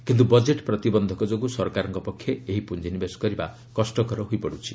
କିନ୍ତୁ ବଜେଟ୍ ପ୍ରତିବନ୍ଧକ ଯୋଗୁଁ ସରକାରଙ୍କ ପକ୍ଷେ ଏହି ପ୍ରଞ୍ଜିନିବେଶ କରିବା କଷ୍ଟକର ହୋଇପଡ଼ିଛି